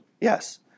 Yes